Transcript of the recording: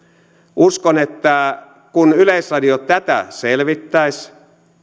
uskon että kun yleisradio tätä selvittäisi